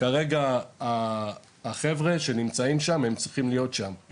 כרגע החבר'ה שנמצאים שם צריכים להיות שם.